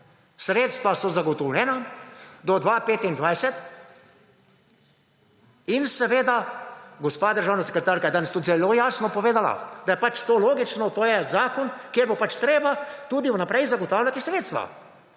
sredstva so zagotovljena do 2025, in seveda, gospa državna sekretarka je danes tudi zelo jasno povedala, da je pač to logično, to je zakon kjer bo pač treba tudi v naprej zagotavljati sredstva.